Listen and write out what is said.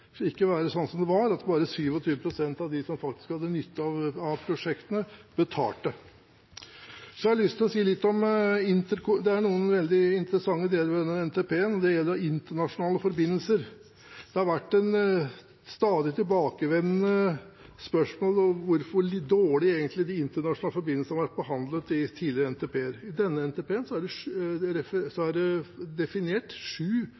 skal være med og dele på gildet, og at det ikke skal være sånn som det var, at bare 27 pst. av dem som faktisk hadde nytte av prosjektene, betalte. Det er noen veldig interessante deler ved denne NTP-en, og det gjelder internasjonale forbindelser. Det har vært et stadig tilbakevendende spørsmål hvor dårlig de internasjonale forbindelsene egentlig har vært behandlet i tidligere NTP-er. I denne NTP-en er det definert sju